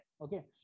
okay